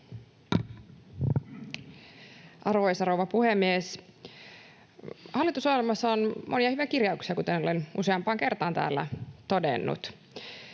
Arvoisa rouva puhemies! Hallitusohjelmassa on monia hyviä kirjauksia, kuten olen useampaan kertaan täällä todennut.